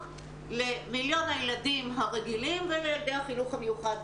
למיליון הילדים הרגילים ולילדי החינוך המיוחד.